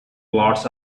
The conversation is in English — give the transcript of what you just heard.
blots